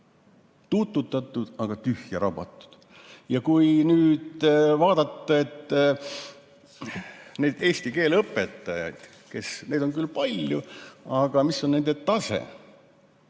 tuututatud, aga tühja rabatud. Ja kui nüüd vaadata, et need eesti keele õpetajad, neid on küll palju, aga mis tase